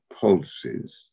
pulses